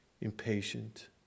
impatient